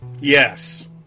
Yes